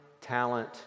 talent